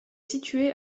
situé